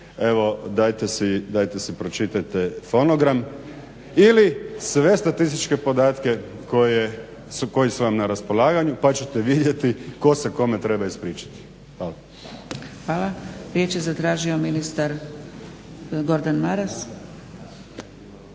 evo dajte si pročitajte fonogram ili sve statističke podatke koje, koji su vam na raspolaganju pa ćete vidjet tko se kome treba ispričati. Hvala. **Zgrebec, Dragica (SDP)** Hvala. Riječ je zatražio ministar Gordan Maras. **Maras,